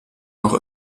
noch